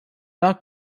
not